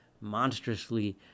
monstrously